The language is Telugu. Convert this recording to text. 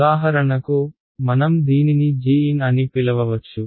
ఉదాహరణకు మనం దీనిని gn అని పిలవవచ్చు